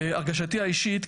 הרגשתי האישית,